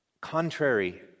Contrary